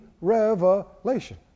revelation